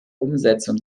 umsetzung